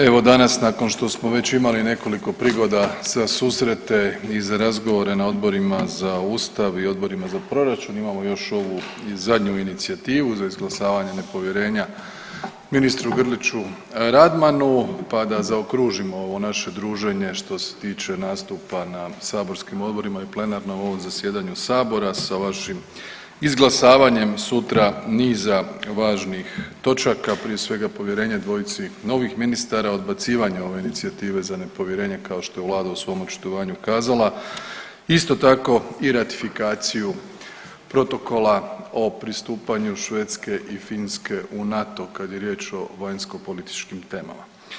Evo danas nakon što smo već imali nekoliko prigoda za susrete i za razgovore na Odborima za Ustav i Odborima za proračun, imamo još ovu i zadnju inicijativu za izglasavanje nepovjerenja ministru Grliću Radmanu, pa da zaokružimo ovo naše druženje što se tiče nastupa na saborskim odborima i plenarnom ovom zasjedanju saboru sa vašim izglasavanjem sutra niza važnih točaka, prije svega povjerenje dvojici novih ministara, odbacivanja ove inicijative za nepovjerenje kao što je vlada u svom očitovanju kazala, isto tako i ratifikaciju protokola o pristupanju Švedske i Finske u NATO kad je riječ o vanjskopolitičkim temama.